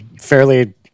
fairly